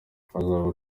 hazaba